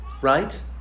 right